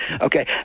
okay